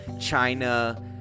China